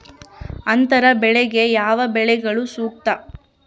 ಅಂತರ ಬೆಳೆಗೆ ಯಾವ ಬೆಳೆಗಳು ಸೂಕ್ತ?